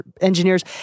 engineers